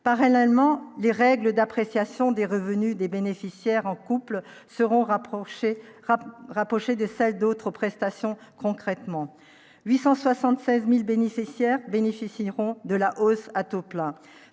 parallèlement les règles d'appréciation des revenus des bénéficiaires en couple seront rapprochés rapproché rapproché de celle d'autres prestations concrètement 876000 bénissez Sierre bénéficieront de la hausse, à taux plein,